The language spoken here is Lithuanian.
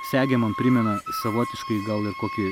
segė man primena savotiškai gal ir kokį